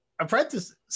apprentices